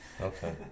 Okay